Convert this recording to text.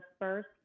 first